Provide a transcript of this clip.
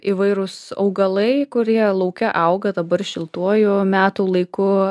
įvairūs augalai kurie lauke auga dabar šiltuoju metų laiku